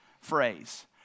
phrase